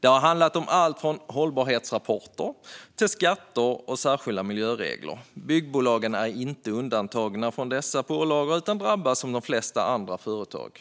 Det har handlat om allt från hållbarhetsrapporter till skatter och särskilda miljöregler. Byggbolagen är inte undantagna från dessa pålagor utan drabbas som de flesta andra företag,